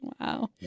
Wow